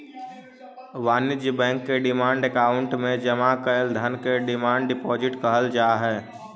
वाणिज्य बैंक के demand account में जमा कैल धन के डिमांड डिपॉजिट कहल जा हई